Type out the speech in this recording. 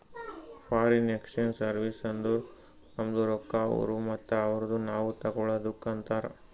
foreign exchange service ಅಂದುರ್ ನಮ್ದು ರೊಕ್ಕಾ ಅವ್ರು ಮತ್ತ ಅವ್ರದು ನಾವ್ ತಗೊಳದುಕ್ ಅಂತಾರ್